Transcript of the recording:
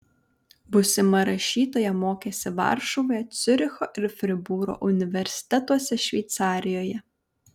būsima rašytoja mokėsi varšuvoje ciuricho ir fribūro universitetuose šveicarijoje